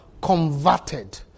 converted